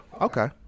Okay